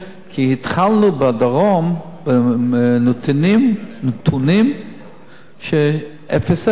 כי התחלנו בדרום עם נתונים של אפס-אפס.